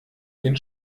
den